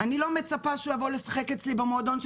אני לא מצפה שהוא יבוא לשחק אצלי במועדון,